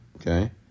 okay